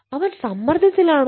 അവൻ സമ്മർദ്ദത്തിലാണോ